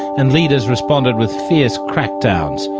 and leaders responded with fierce crackdowns,